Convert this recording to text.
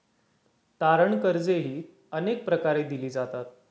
तारण कर्जेही अनेक प्रकारे दिली जातात